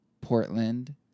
Portland